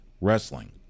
wrestling